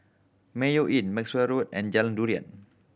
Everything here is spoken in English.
Mayo Inn Maxwell Road and Jalan Durian